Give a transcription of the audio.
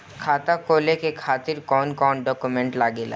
खाता खोले के खातिर कौन कौन डॉक्यूमेंट लागेला?